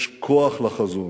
שיש כוח לחזון.